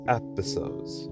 episodes